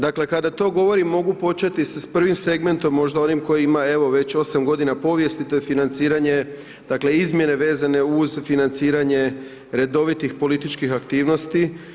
Dakle, kada to govorim, mogu početi sa prvim segmentom, možda onim koji ima, evo, već 8 godina povijesti, to je financiranje, dakle, izmjene vezane uz financiranje redovitih političkih aktivnosti.